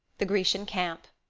the grecian camp.